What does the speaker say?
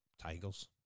tigers